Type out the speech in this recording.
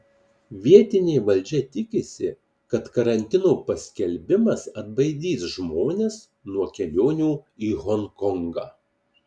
vietinė valdžia tikisi kad karantino paskelbimas atbaidys žmones nuo kelionių į honkongą